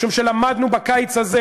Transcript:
משום שלמדנו בקיץ הזה